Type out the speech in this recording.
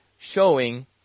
Showing